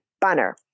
banner